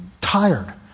tired